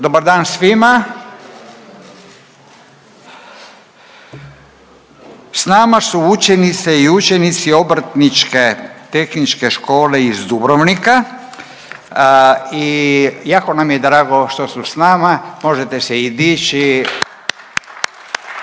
Dobar dan svima. S nama su učenice i učenici Obrtničke tehničke škole iz Dubrovnika i jako nam je drago što su s nama, možete se i dići.…/Pljesak./…